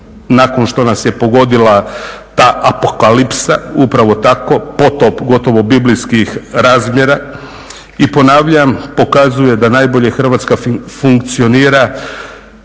nakon što nas je pogodila ta apokalipsa, upravo tako, potop gotovo biblijskih razmjera i ponavljam pokazuje da najbolje Hrvatska funkcionira